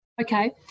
Okay